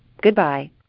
Goodbye